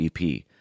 EP